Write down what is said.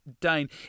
Dane